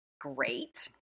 great